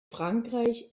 frankreich